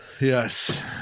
Yes